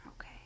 Okay